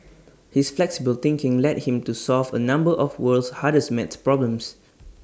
his flexible thinking led him to solve A number of world's hardest math problems